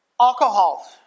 Alcohol